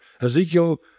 Ezekiel